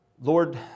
Lord